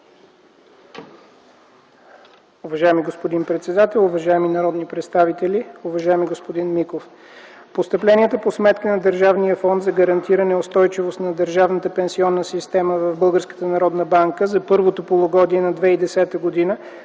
Уважаеми господин председател, уважаеми народни представители! Уважаеми господин Миков, постъпленията по сметка на Държавния фонд за гарантиране устойчивост на държавната пенсионна система в Българската народна банка за първото полугодие на 2010 г. са